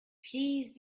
please